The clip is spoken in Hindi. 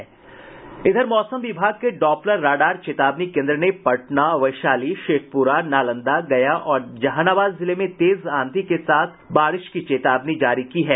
मौसम विभाग के डॉप्लर राडार चेतावनी केन्द्र ने पटना वैशाली शेखप्रा नालंदा गया और जहानाबाद जिले में तेज आंधी के साथ बारिश की चेतावनी जारी की है